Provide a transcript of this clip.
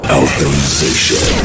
authorization